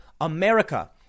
America